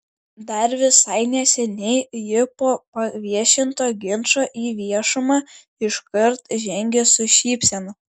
dar visai neseniai ji po paviešinto ginčo į viešumą iškart žengė su šypsena